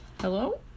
Hello